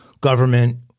government